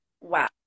Wow